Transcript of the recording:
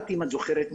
אם את זוכרת,